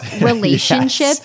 relationship